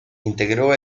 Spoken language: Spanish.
integró